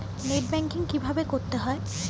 Net banking কীভাবে করতে হয়?